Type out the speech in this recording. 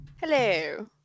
hello